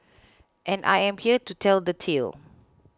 and I am here to tell the tale